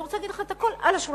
אני רוצה להגיד לך הכול על השולחן.